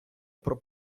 про